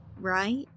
right